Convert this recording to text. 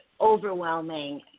overwhelming